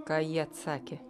ką ji atsakė